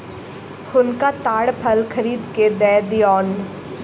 हुनका ताड़ फल खरीद के दअ दियौन